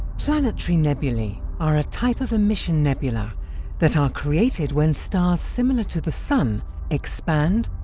planetary nebulae are a type of emission nebula that are created when stars similar to the sun expand,